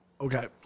Okay